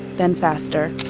then faster.